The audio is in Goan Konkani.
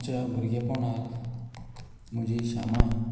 आमच्या भुरगेपणार म्हजी श्यामाय